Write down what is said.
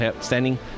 standing